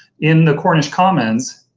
in the cornish commons,